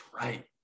right